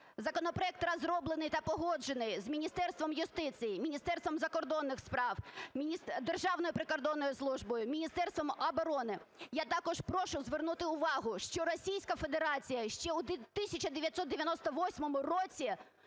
Законопроект розроблений та погоджений з Міністерством юстиції, Міністерством закордонних справ, Державною прикордонною службою, Міністерством оборони. Я також прошу звернути увагу, що Російська Федерація ще у 1998 році